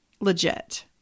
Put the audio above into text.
legit